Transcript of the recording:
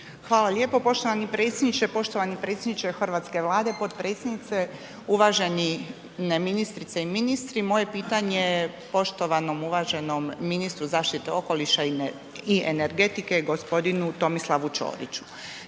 Hvala lijepo. Poštovani predsjedniče, poštovani predsjedniče hrvatske Vlade, potpredsjednice, uvaženi ne ministrice i ministri, moje pitanje je poštovanom uvaženom ministru zaštite okoliša i energetike g. Tomislavu Ćoriću.